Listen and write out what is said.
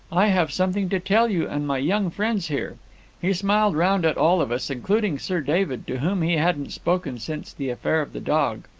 i have something to tell you and my young friends here he smiled round at all of us, including sir david, to whom he hadn't spoken since the affair of the dog.